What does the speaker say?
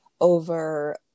over